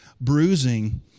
Bruising